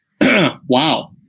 Wow